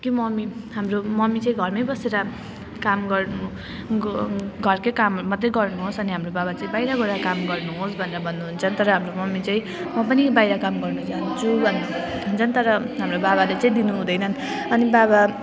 कि मम्मी हाम्रो मम्मी चाहिँ घरमै बसेर काम गर्नु गर् घरकै कामहरू मात्रै गर्नुहोस् अनि हाम्रो बाबा चाहिँ बाहिर गएर काम गर्नुहोस् भनेर भन्नहुन्छ तर हाम्रो मम्मी चाहिँ म पनि बाहिर काम गर्नु जान्छु भनेर भन्छन् तर हाम्रो बाबाले चाहिँ दिनुहुँदैन अनि बाबा